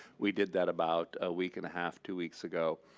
we did that about a week and a half, two weeks ago,